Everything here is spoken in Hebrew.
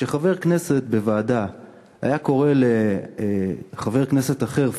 שחבר כנסת היה קורא בוועדה לחבר כנסת אחר פאשיסט,